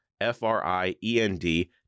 F-R-I-E-N-D